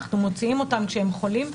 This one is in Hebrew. אנחנו מוציאים אותם כשהם חולים.